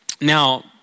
Now